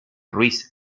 ruiz